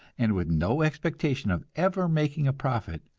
and with no expectation of ever making a profit,